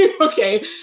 Okay